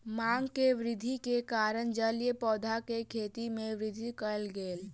मांग में वृद्धि के कारण जलीय पौधा के खेती में वृद्धि कयल गेल